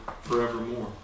forevermore